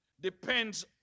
depends